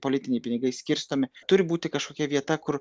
politiniai pinigai skirstomi turi būti kažkokia vieta kur